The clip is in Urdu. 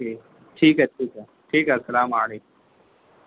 ٹھیک ٹھیک ہے ٹھیک ہے ٹھیک ہے السلام علیکم